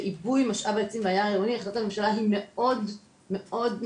בעיבוי משאב העצים החלטת הממשלה היא מאוד נכונה.